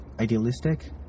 idealistic